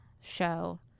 show